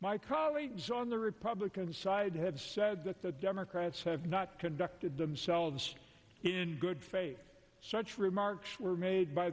my colleagues on the republican side have said that the democrats have not conducted themselves in good faith such remarks were made by